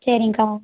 சரிங்க்கா